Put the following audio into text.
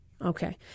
Okay